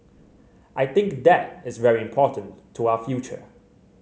I think that is very important to our future